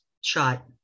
shot